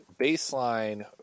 baseline